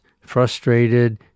frustrated